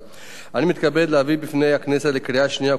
אני מתכבד להביא בפני הכנסת לקריאה שנייה ולקריאה שלישית